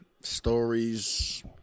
Stories